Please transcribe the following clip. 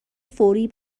فوری